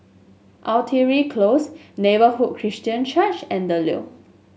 Artillery Close Neighbourhood Christian Church and The Leo